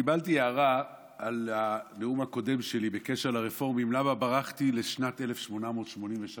קיבלתי הערה על הנאום הקודם שלי בקשר לרפורמים למה ברחתי לשנת 1883,